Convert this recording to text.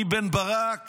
מבן ברק